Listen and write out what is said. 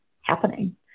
happening